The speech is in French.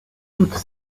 toutes